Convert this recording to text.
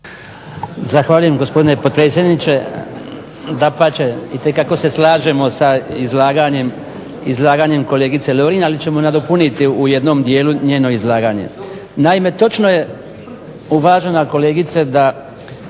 Zahvaljujem gospodine potpredsjedniče. Dapače, itekako se slažemo s izlaganje kolegice Lovrin ali ćemo nadopuniti u jednom dijelu njeno izlaganje. Naime, točno je uvažena kolegice da